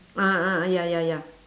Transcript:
ah ah ya ya ya